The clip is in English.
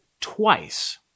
twice